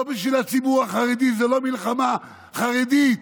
לא בשביל הציבור החרדי, זו לא מלחמה חרדית,